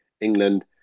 England